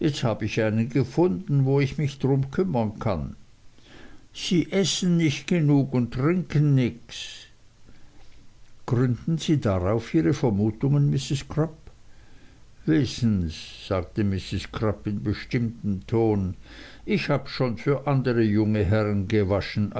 hab ich einen gefunden wo ich mich drum kümmern kann sie essen nicht genug und trinken nix gründen sie darauf ihre vermutungen mrs crupp wissen s sagte mrs crupp in bestimmtem ton ich hab schon für andere junge herrn gewaschen